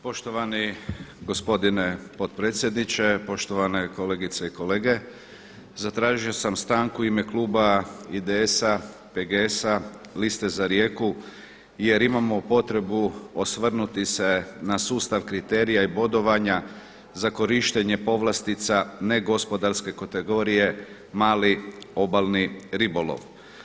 Poštovani gospodine potpredsjedniče, poštovane kolegice i kolege zatražio sam stanku u ime kluba IDS-a, PGS-a, Liste za Rijeku jer imamo potrebu osvrnuti se na sustav kriterija i bodovanja za korištenje povlastica ne gospodarske kategorije mali obalni ribolov.